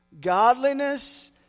godliness